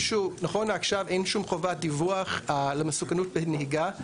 נכון לעכשיו אין שום חובת דיווח למסוכנות נהיגה,